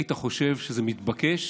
היית חושב שזה מתבקש